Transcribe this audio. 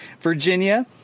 Virginia